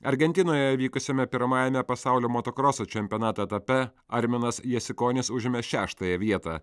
argentinoje vykusiame pirmajame pasaulio motokroso čempionato etape arminas jasikonis užėmė šeštąją vietą